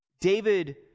David